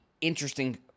interesting